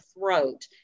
throat